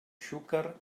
xúquer